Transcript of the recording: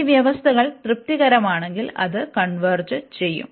ഈ വ്യവസ്ഥകൾ തൃപ്തികരമാണെങ്കിൽ അത് കൺവെർജ് ചെയ്യും